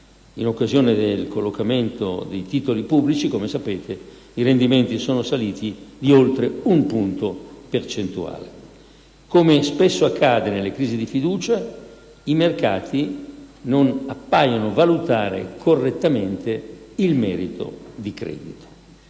in occasione dell'ultimo collocamento dei titoli pubblici - come sapete - i rendimenti sono saliti di oltre un punto percentuale. Come spesso accade nelle crisi di fiducia, i mercati non appaiono valutare correttamente il merito di credito: